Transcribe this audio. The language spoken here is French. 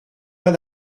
pas